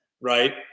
right